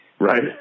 right